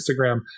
Instagram